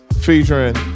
featuring